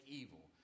evil